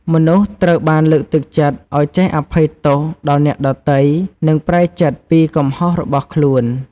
មនុស្សត្រូវបានលើកទឹកចិត្តឱ្យចេះអភ័យទោសដល់អ្នកដទៃ និងប្រែចិត្តពីកំហុសរបស់ខ្លួន។